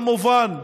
כמובן,